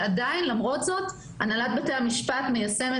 ועדיין למרות זאת הנהלת בתי המשפט מיישמת